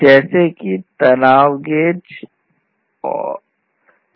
इसी तरह एंटेना